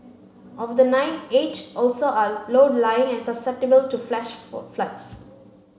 of the nine eight also are low lying and susceptible to flash floods